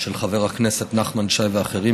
של חבר הכנסת נחמן שי ואחרים,